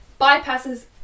bypasses